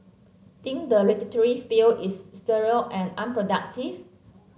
think the literary field is sterile and unproductive